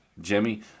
Jimmy